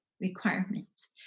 requirements